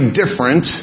different